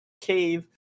cave